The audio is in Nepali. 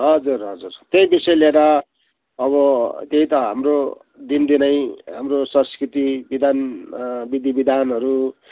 हजुर हजुर त्यही विषय लिएर अब त्यही त हाम्रो दिनदिनै हाम्रो संस्कृति विधान विधि विधानहरू